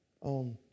on